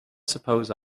suppose